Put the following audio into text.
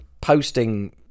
posting